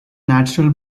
natural